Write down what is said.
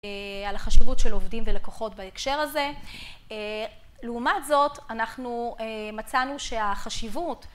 על החשיבות של עובדים ולקוחות בהקשר הזה. לעומת זאת אנחנו מצאנו שהחשיבות